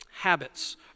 habits